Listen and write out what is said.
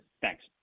Thanks